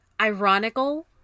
Ironical